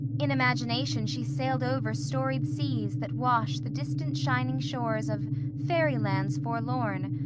in imagination she sailed over storied seas that wash the distant shining shores of faery lands forlorn,